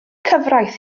cyfraith